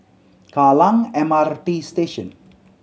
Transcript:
Kallang M R T Station